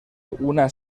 una